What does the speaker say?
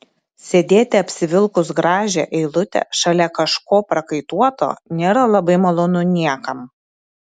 sėdėti apsivilkus gražią eilutę šalia kažko prakaituoto nėra labai malonu niekam